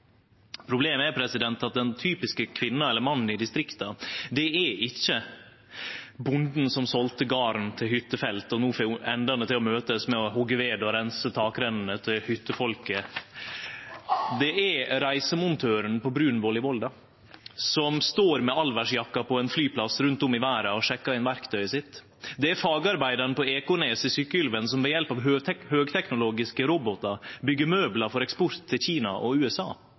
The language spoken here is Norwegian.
Problemet er at den typiske kvinna eller mannen i distrikta ikkje er bonden som selde garden til hyttefelt og no får endane til å møtast ved å hogge ved og reinse takrennene til hyttefolket. Det er reisemontøren på Brunvoll i Volda, som står med allvêrsjakka på ein flyplass ein stad i verda og sjekkar inn verktøyet sitt, det er fagarbeidaren på Ekornes i Sykkylven, som ved hjelp av høgteknologiske robotar byggjer møblar for eksport til Kina og USA,